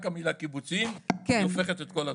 רק המילה קיבוציים הופכת את כל התמונה.